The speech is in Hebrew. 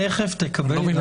תכף תקבל רשות דיבור.